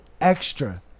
extra